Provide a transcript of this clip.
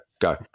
Go